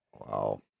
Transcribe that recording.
Wow